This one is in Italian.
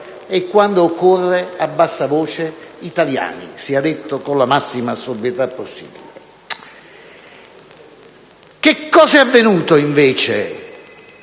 e, quando occorre, a bassa voce, italiani (sia detto con la massima sobrietà possibile). Che cosa è avvenuto, invece,